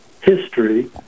History